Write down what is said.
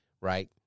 Right